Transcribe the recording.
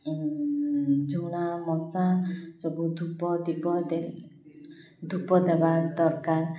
ଝୁଣା ମଶା ସବୁ ଧୂପ ଦୀପ ଦେ ଧୂପ ଦେବା ଦରକାର